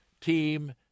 team